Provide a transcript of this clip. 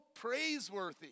praiseworthy